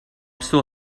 still